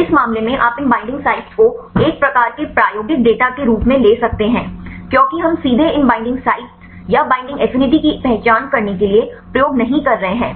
इस मामले में आप इन बईंडिंग साइटों को एक प्रकार के प्रायोगिक डेटा के रूप में ले सकते हैं क्योंकि हम सीधे इन बईंडिंग साइटों या बईंडिंग एफिनिटी की पहचान करने के लिए प्रयोग नहीं कर रहे हैं